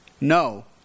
no